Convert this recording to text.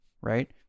Right